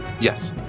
Yes